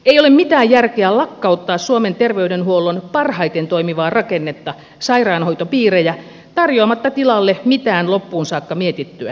ei ole mitään järkeä lakkauttaa suomen terveydenhuollon parhaiten toimivaa rakennetta sairaanhoitopiirejä tarjoamatta tilalle mitään loppuun saakka mietittyä